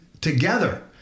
together